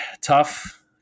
tough